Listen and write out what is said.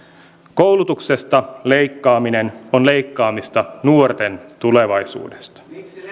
koulutuksesta leikkaaminen on leikkaamista nuorten tulevaisuudesta